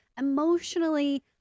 emotionally